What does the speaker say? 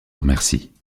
remercie